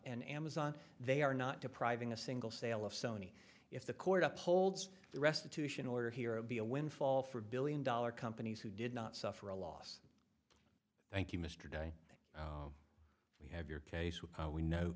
an amazon they are not depriving a single sale of sony if the court upholds the restitution order here and be a windfall for billion dollar companies who did not suffer a loss thank you mr de we have your case with we know